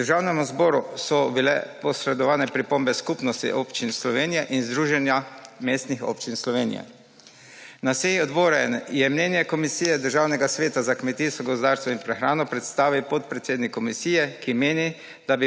Državnemu zboru so bile posredovane pripombe Skupnosti občin Slovenije in Združenja mestnih občin Slovenije. Na seji odbora je mnenje Komisije Državnega sveta za kmetijstvo, gozdarstvo in prehrano predstavil podpredsednik komisije, ki meni,